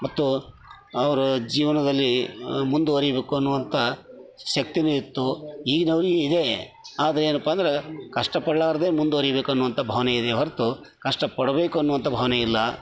ಮತ್ತು ಅವರು ಜೀವನದಲ್ಲಿ ಮುಂದುವರಿಬೇಕು ಅನ್ನುವಂತ ಶಕ್ತಿನು ಇತ್ತು ಈಗಿನವರಿಗಿದೆ ಆದರೆ ಏನಪ್ಪ ಅಂದ್ರೆ ಕಷ್ಟ ಪಡಲಾರ್ದೆ ಮುಂದುವರಿಬೇಕನ್ನುವಂತ ಭಾವನೆ ಇದೆ ಹೊರತು ಕಷ್ಟಪಡಬೇಕು ಅನ್ನುವಂತ ಭಾವನೆ ಇಲ್ಲ